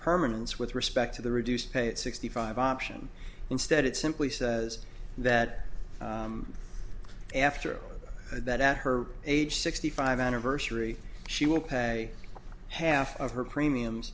permanence with respect to the reduced paid sixty five option instead it simply says that after that at her age sixty five anniversary she will pay half of her premiums